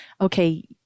okay